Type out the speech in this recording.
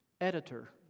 editor